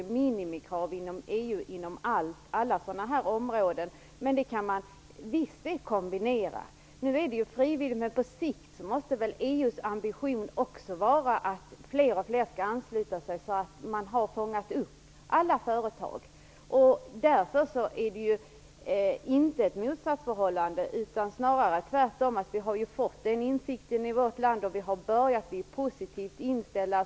Inom EU är det minimikrav på alla sådana här områden. Men det kan man kombinera. Nu är det ju frivilligt, men på sikt måste väl EU:s ambition också vara att fler och fler skall ansluta sig så att man fångar upp alla företag. Det är inte ett motsatsförhållande, utan snarare tvärtom. Vi har i vårt land fått insikten, vi har börjat och vi är positivt inställda.